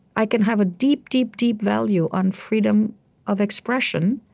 i can have a deep, deep, deep value on freedom of expression,